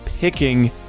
picking